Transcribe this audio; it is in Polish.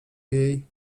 jej